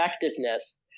effectiveness